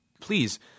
please